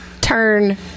turn